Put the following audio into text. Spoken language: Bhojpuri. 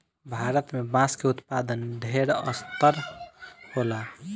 भारत में बांस के उत्पादन ढेर स्तर होला